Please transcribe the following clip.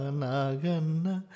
naganna